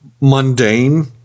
mundane